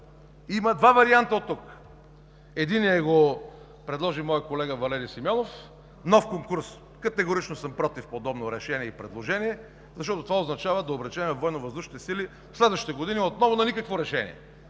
Има два варианта. Единият го предложи моят колега Валери Симеонов – нов конкурс, категорично съм против подобно решение и предложение, защото това означава да обречем Военновъздушните сили в следващите години отново на никакво решение.